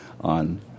on